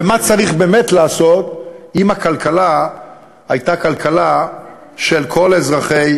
ומה צריך באמת לעשות אם הכלכלה הייתה כלכלה של כל אזרחי